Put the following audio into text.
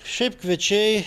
šiaip kviečiai